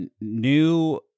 new